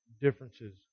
differences